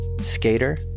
skater